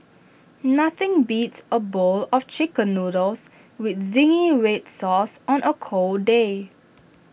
nothing beats A bowl of Chicken Noodles with Zingy Red Sauce on A cold day